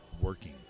working